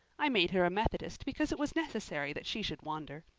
i made her a methodist because it was necessary that she should wander.